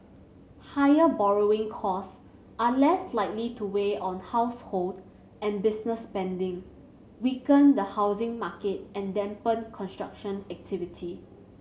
higher borrowing costs are less likely to weigh on household and business spending weaken the housing market and dampen construction activity